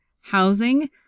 housing